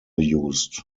used